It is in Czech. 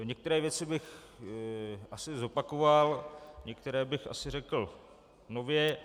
Některé věci bych asi zopakoval, některé bych asi řekl nově.